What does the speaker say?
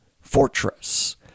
fortress